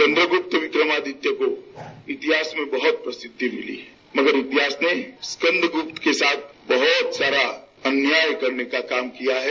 चन्द्र गुप्त विक्रमादित्य को इतिहास में बहुत प्रसिद्धि मिली है मगर इतिहास ने स्कन्द गुप्त के साथ बहुत सारा अन्याय करने का काम किया है